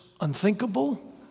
unthinkable